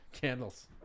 candles